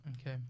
Okay